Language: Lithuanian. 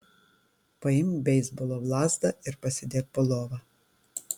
paimk beisbolo lazdą ir pasidėk po lova